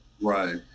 Right